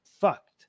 fucked